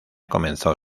comenzó